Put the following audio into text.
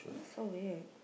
so weird